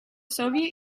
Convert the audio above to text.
soviet